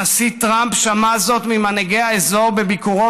הנישא טראמפ שמע זאת ממנהיגי האזור בביקורו